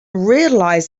realize